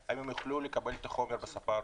מגיעים מחר לבנק האם הם יוכלו לקבל את החומר בשפה הרוסית?